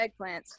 eggplants